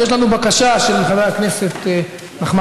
אז יש לנו בקשה של חבר הכנסת שי,